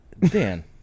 Dan